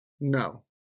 No